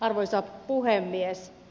arvoisa puhemies